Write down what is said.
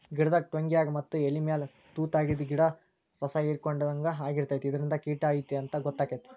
ಗಿಡದ ಟ್ವಂಗ್ಯಾಗ ಮತ್ತ ಎಲಿಮ್ಯಾಲ ತುತಾಗಿದ್ದು ಗಿಡ್ದ ರಸಾಹಿರ್ಕೊಡ್ಹಂಗ ಆಗಿರ್ತೈತಿ ಇದರಿಂದ ಕಿಟ ಐತಿ ಅಂತಾ ಗೊತ್ತಕೈತಿ